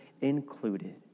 included